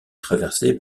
traversé